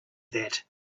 that